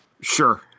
Sure